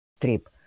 trip